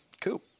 Cool